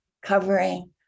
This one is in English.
covering